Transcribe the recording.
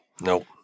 nope